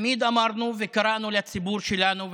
תמיד אמרנו וקראנו לציבור שלנו,